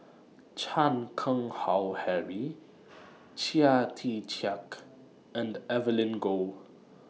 Chan Keng Howe Harry Chia Tee Chiak and Evelyn Goh